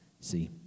see